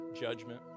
judgment